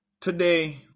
Today